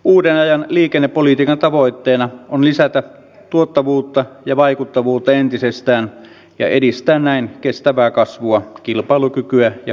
uuden ajan liikennepolitiikan tavoitteena on lisätä tuottavuutta ja vaikuttavuutta entisestään ja edistää näin kestävää kasvua kilpailukykyä ja hyvinvointia